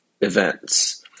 events